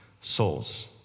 souls